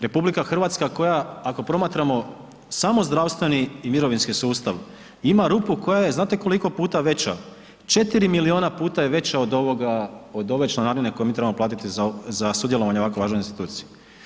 RH koja ako promatramo samo zdravstveni i mirovinski sustav ima rupu koja je znate koliko puta veća, 4 miliona puta je veća od ove članarine koju mi trebamo platiti za sudjelovanje u ovako važnoj instituciji.